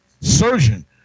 surgeon